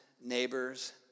neighbors